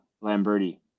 Lamberti